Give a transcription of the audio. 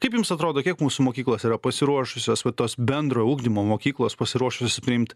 kaip jums atrodo kiek mūsų mokyklos yra pasiruošusios va tos bendro ugdymo mokyklos pasiruošusios priimt